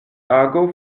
ago